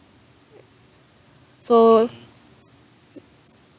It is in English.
so